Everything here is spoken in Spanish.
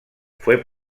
fue